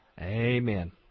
Amen